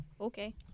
Okay